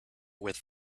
with